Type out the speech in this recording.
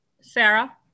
Sarah